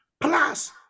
plus